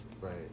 Right